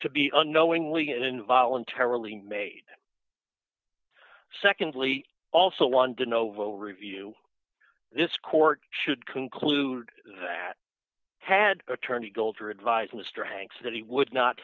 to be unknowingly in voluntarily made secondly also london novo review this court should conclude that had attorney gold or advised mr hanks that he would not